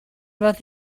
about